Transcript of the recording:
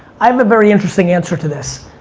i have a very interesting answer to this.